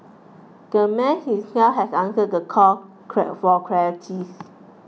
the man himself has answered the call for clarities